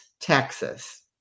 Texas